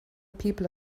people